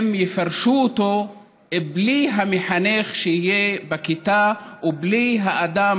הם יפרשו אותו בלי המחנך שיהיה בכיתה או בלי האדם